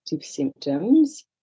symptoms